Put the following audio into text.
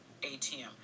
ATM